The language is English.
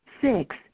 Six